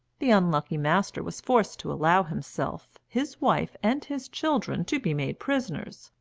the unlucky master was forced to allow himself, his wife, and his children to be made prisoners,